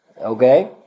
Okay